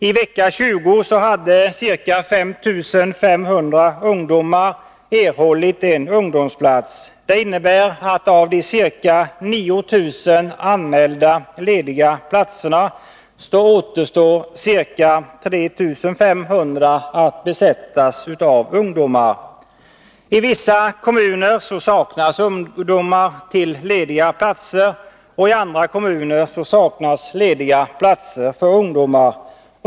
I vecka 20 hade ca 5 500 erhållit en ungdomsplats. Det innebär att av de ca 9 000 anmälda lediga platserna återstår ca 3 500 att besättas av ungdomar. I vissa kommuner saknas ungdomar till lediga platser och i andra kommuner saknas lediga platser för ungdomar.